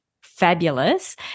fabulous